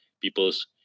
people's